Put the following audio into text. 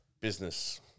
Business